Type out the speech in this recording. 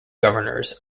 governors